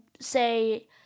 say